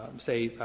um say,